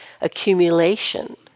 accumulation